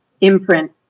imprint